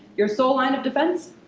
your sole line of defense?